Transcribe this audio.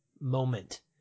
moment